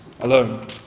alone